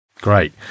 Great